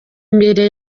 imbere